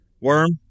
Worm